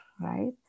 right